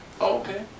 Okay